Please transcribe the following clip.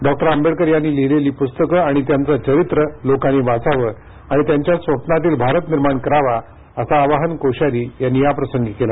doctor Ambedkar यांनी लिहिलेली पुस्तकं आणि त्यांचं चरित्र लोकांनी वाचावं आणि त्यांच्या स्वप्नातील भारत निर्माण करावा असं आवाहन कोश्यारी यांनी याप्रसंगी केलं